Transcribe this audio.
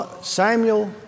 Samuel